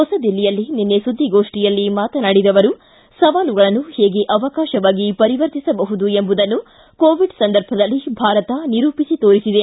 ಹೊಸದಿಲ್ಲಿಯಲ್ಲಿ ನಿನ್ನೆ ಸುದ್ದಿಗೋಷ್ಟಿಯಲ್ಲಿ ಮಾತನಾಡಿದ ಅವರು ಸವಾಲುಗಳನ್ನು ಹೇಗೆ ಅವಕಾಶವಾಗಿ ಪರಿವರ್ತಿಸಬಹುದು ಎಂಬುದನ್ನು ಕೋವಿಡ್ ಸಂದರ್ಭದಲ್ಲಿ ಭಾರತ ನಿರೂಪಿಸಿ ತೋರಿಸಿದೆ